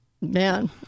Man